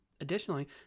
Additionally